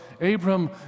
Abram